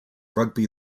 rugby